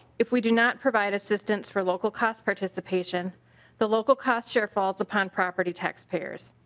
if we do not provide assistance for local cost participation the local cost share files upon property taxpayers.